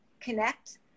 connect